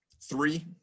Three